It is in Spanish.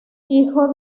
hijo